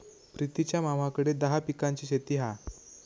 प्रितीच्या मामाकडे दहा पिकांची शेती हा